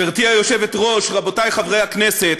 גברתי היושבת-ראש, רבותי חברי הכנסת,